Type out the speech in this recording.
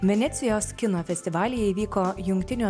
venecijos kino festivalyje įvyko jungtinių